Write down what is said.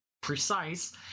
precise